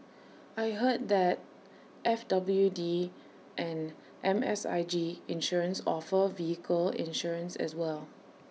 I heard that F W D and M S I G insurance offer vehicle insurance as well